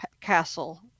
castle